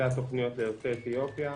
התוכניות ליוצאי אתיופיה.